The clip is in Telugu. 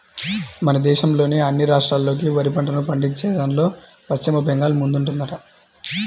మన దేశంలోని అన్ని రాష్ట్రాల్లోకి వరి పంటను పండించేదాన్లో పశ్చిమ బెంగాల్ ముందుందంట